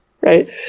right